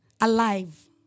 alive